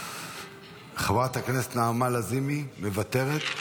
חברת הכנסת נעמה לזימי, מוותרת?